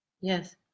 Yes